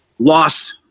lost